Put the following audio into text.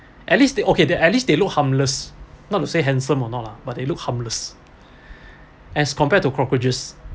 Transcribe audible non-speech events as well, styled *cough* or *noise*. at least they okay they at least they look harmless not to say handsome or not lah but they look harmless *breath* as compared to cockroaches